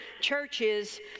churches